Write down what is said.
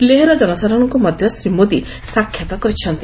ଲେହର ଜନସାଧାରଣଙ୍କୁ ମଧ୍ୟ ଶ୍ରୀ ମୋଦି ସାକ୍ଷାତ୍ କରିଛନ୍ତି